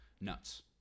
Nuts